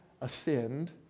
ascend